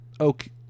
okay